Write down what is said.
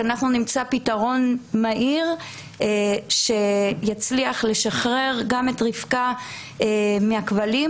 שאנחנו נמצא פתרון מהיר שיצליח לשחרר גם את רבקה מהכבלים,